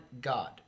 God